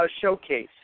showcase